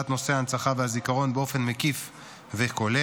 נושא ההנצחה והזיכרון באופן מקיף וכולל,